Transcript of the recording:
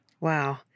Wow